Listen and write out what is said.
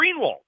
Greenwald